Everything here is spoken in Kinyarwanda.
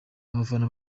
abafana